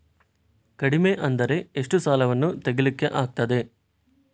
ಕಡಿಮೆ ಅಂದರೆ ಎಷ್ಟು ಸಾಲವನ್ನು ತೆಗಿಲಿಕ್ಕೆ ಆಗ್ತದೆ?